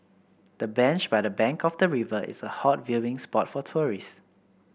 the bench by the bank of the river is a hot viewing spot for tourists